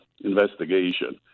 Investigation